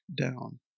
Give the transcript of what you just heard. down